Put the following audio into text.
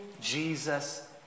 Jesus